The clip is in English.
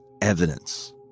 evidence